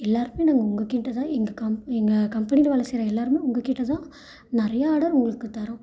எல்லோருமே நாங்கள் உங்கக்கிட்டே தான் எங்கள் கம் எங்கள் கம்பெனியில் வேலை செய்கிற எல்லோருமே உங்கக்கிட்டே தான் நிறைய ஆடர் உங்களுக்கு தர்றோம்